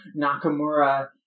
Nakamura